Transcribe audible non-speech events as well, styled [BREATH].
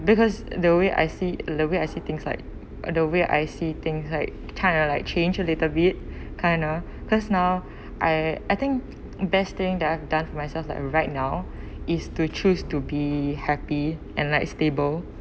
because the way I see the way I see things like uh the way I see things like kind of like change a little bit [BREATH] kind of because now [BREATH] I I think best thing that I've done myself like right now is to choose to be happy and like stable